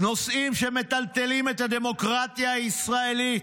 אלה נושאים שמטלטלים את הדמוקרטיה הישראלית,